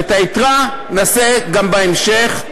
ואת היתר נעשה בהמשך.